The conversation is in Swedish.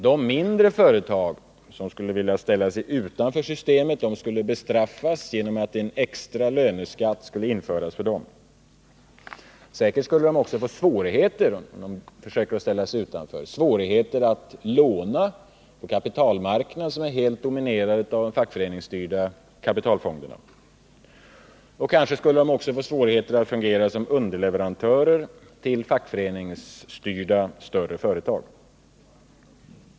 De mindre företag som skulle vilja ställa sig utanför systemet skulle bestraffas genom att en extra löneskatt skulle införas för dem. Säkerligen skulle de också få svårigheter att låna pengar på en kapitalmarknad, som är helt dominerad av de fackföreningsstyrda kapitalfonderna. Kanske de också skulle få svårigheter att fungera som underleverantörer till fackföreningsstyrda större företag.